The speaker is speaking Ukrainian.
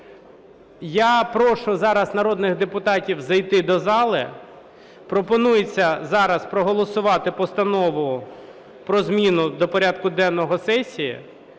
Я прошу зараз народних депутатів зайти до зали. Пропонується зараз проголосувати Постанову про зміну до порядку денного сесії.